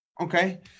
Okay